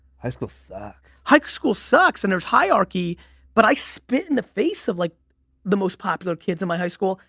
high school sucks. high school sucks and there's hierarchy but i spit in the face of like the most popular kids in my high school.